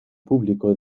público